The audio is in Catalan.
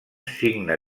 signe